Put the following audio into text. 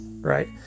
right